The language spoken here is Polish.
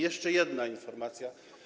Jeszcze jedna informacja.